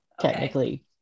technically